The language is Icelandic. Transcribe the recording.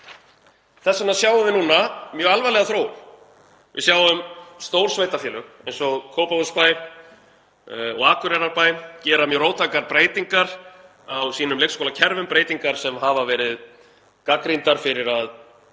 Þess vegna sjáum við núna mjög alvarlega þróun. Stór sveitarfélög eins og Kópavogsbær og Akureyrarbær eru að gera mjög róttækar breytingar á sínum leikskólakerfum, breytingar sem hafa verið gagnrýndar fyrir að